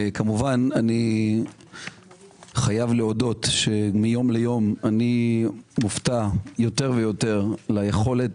אני חייב להודות כמובן שמיום ליום אני מופתע יותר ויותר ליכולת